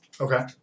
Okay